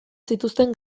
zituzten